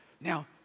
Now